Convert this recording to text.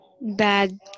Bad